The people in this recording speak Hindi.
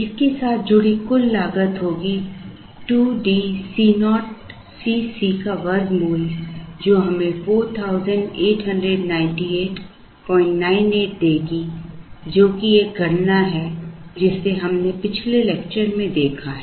इसके साथ जुड़ी कुल लागत होगी 2 DCoCc का वर्गमूल जो हमें 489898 देगी जो कि एक गणना है जिसे हमने पिछले लेक्चर में देखा है